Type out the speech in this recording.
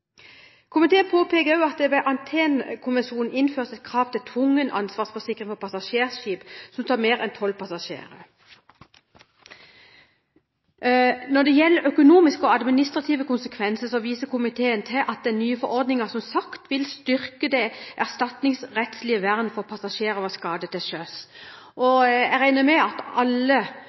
Komiteen påpeker også at det ved Aten-konvensjonen innføres et krav til tvungen ansvarsforsikring for passasjerskip som tar mer enn tolv passasjerer. Når det gjelder økonomiske og administrative konsekvenser, viser komiteen til at den nye forordningen, som sagt, vil styrke det erstatningsrettslige vernet for passasjerer ved skade til sjøs. Jeg regner med at alle